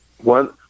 One